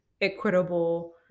equitable